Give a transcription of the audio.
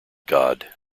god